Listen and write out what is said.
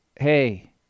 hey